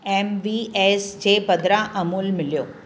M V S जे बदिरां अमूल मिलियो